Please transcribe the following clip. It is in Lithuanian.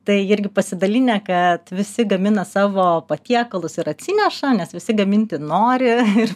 tai irgi pasidalinę kad visi gamina savo patiekalus ir atsineša nes visi gaminti nori ir